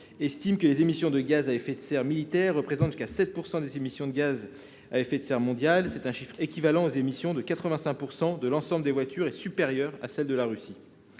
estime que les émissions de gaz à effet de serre militaires représentent jusqu'à 7 % des émissions de GES mondiales. Ce chiffre est équivalent aux émissions de 85 % de l'ensemble des voitures et supérieur à celles de la Russie.